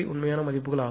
005 உண்மையான மதிப்புகள்